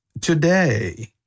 Today